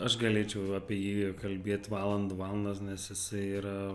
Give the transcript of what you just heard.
aš galėčiau apie jį kalbėt valandų valandas nes jisai yra